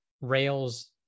Rails